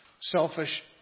selfish